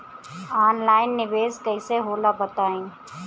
Online निवेस कइसे होला बताईं?